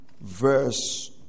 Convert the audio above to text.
verse